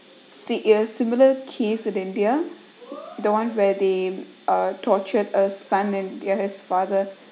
si~ uh similar case in india the one where they are tortured a son and there his father